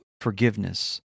forgiveness